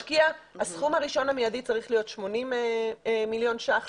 הסכום הראשון המיידי צריך להיות 80 מיליון שקלים,